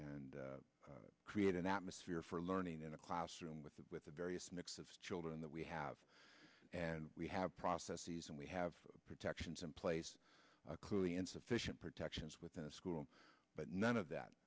and create an atmosphere for learning in a classroom with the with the various mix of children that we have and we have processes and we have protections in place clearly insufficient protections within the school but none of that